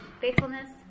faithfulness